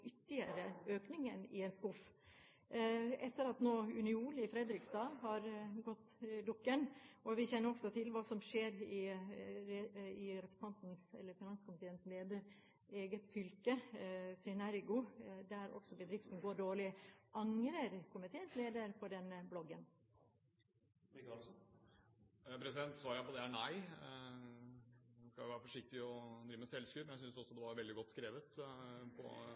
ytterligere økning i en skuff etter at Uniol i Fredrikstad har gått dukken, og vi kjenner også til hva som skjer med Synergo i finanskomiteens leders eget fylke. Den bedriften går også dårlig. Angrer komiteens leder på den bloggen? Svaret på det er nei. Man skal være forsiktig med selvskryt, men jeg synes det var veldig godt skrevet på